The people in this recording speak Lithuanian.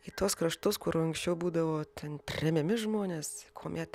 į tuos kraštus kur anksčiau būdavo ten tremiami žmonės kuomet